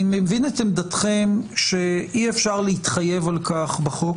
אני מבין את עמדתכם שאי אפשר להתחייב על כך בחוק